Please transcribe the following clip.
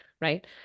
right